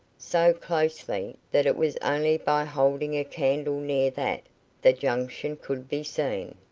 so closely, that it was only by holding a candle near that the junction could be seen.